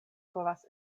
povas